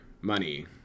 money